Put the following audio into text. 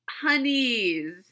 Honeys